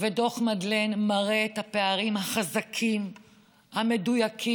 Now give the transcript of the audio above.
דוח מדלן, מראה את הפערים החזקים, המדויקים,